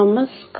नमस्कार